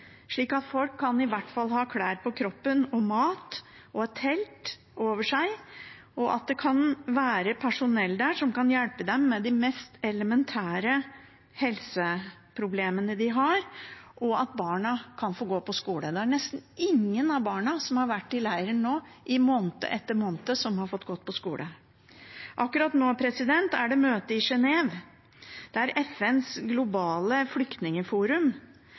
slik at folk i hvert fall kan ha klær på kroppen, mat og et telt over seg, slik at det kan være personell der som kan hjelpe dem med de mest elementære helseproblemene, og slik at barna kan få gå på skole. Det er nesten ingen av barna som har vært i leiren nå i måned etter måned, som har fått gå på skole. Akkurat nå er det møte i Genève, der FNs globale flyktningforum